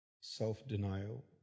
self-denial